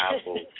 apple